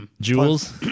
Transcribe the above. jewels